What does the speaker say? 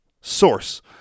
source